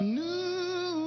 new